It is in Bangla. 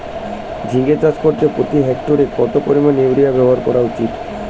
ঝিঙে চাষ করতে প্রতি হেক্টরে কত পরিমান ইউরিয়া ব্যবহার করা উচিৎ?